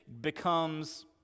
becomes